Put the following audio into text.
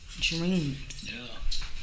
Dreams